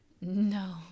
No